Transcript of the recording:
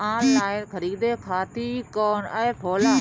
Online खरीदे खातीर कौन एप होला?